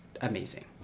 amazing